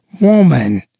woman